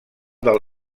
del